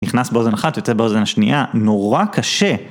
נכנס באוזן אחת ויצא באוזן השנייה, נורא קשה.